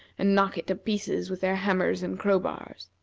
and knock it to pieces with their hammers and crowbars.